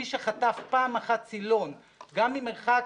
מי שחטף פעם אחת סילון גם ממרחק